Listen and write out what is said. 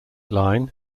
line